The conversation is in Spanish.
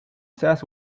seas